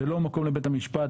זה לא מקום לבית המשפט,